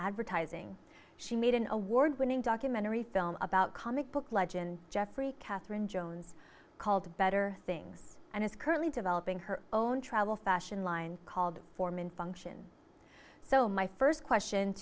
advertising she made an award winning documentary film about comic book legend geoffrey catherine jones called better things and is currently developing her own travel fashion line called form and function so my first question